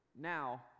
Now